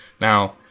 Now